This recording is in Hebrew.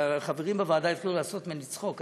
חברים בוועדה התחילו לעשות ממני צחוק.